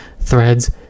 Threads